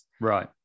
Right